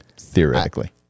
Theoretically